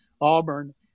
Auburn